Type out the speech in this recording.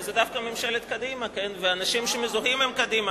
זה דווקא ממשלת קדימה ואנשים שמזוהים עם קדימה.